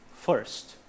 First